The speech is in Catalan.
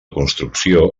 construcció